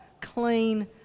clean